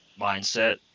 mindset